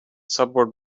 subword